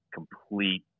complete